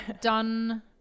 done